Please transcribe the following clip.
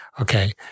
Okay